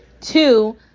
Two